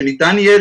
שניתן יהיה,